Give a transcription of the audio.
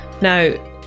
Now